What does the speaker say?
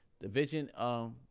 Division